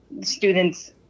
students